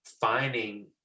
finding